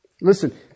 Listen